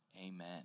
Amen